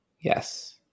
Yes